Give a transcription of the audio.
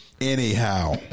Anyhow